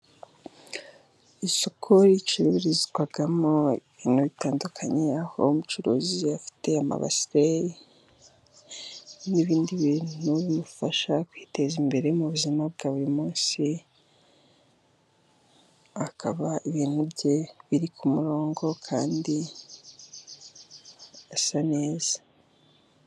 Isoko ricururizwamo ibintu bitandukanye. Aho umucuruzi afite amabasi n'ibindi bintu bimufasha kwiteza imbere mu buzima bwa buri munsi. Akaba ibintu bye biri ku murongo kandi asa neza.